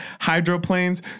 Hydroplanes